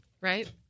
right